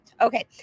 Okay